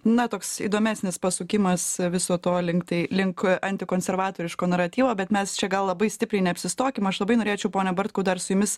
na toks įdomesnis pasukimas viso to link tai link antikonservatoriško naratyvo bet mes čia gal labai stipriai neapsistokim aš labai norėčiau pone bartkau dar su jumis